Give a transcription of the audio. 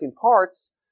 parts